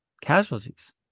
casualties